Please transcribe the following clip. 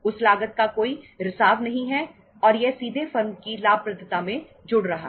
उस लागत का कोई रिसाव नहीं है और यह सीधे फर्म की लाभप्रदता में जुड़ रहा है